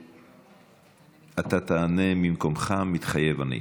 ואתה תענה ממקומך "מתחייב אני":